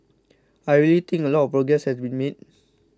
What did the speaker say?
I really think a lot progress has been made